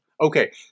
Okay